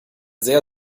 sehr